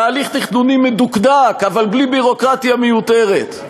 בהליך תכנוני מדוקדק אבל בלי ביורוקרטיה מיותרת,